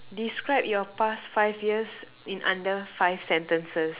describe your past five years in under five sentences